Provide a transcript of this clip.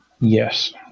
Yes